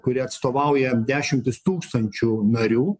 kuri atstovauja dešimtis tūkstančių narių